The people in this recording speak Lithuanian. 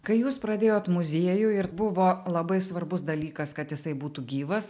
kai jūs pradėjot muziejų ir buvo labai svarbus dalykas kad jisai būtų gyvas